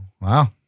Wow